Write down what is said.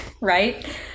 Right